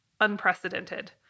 unprecedented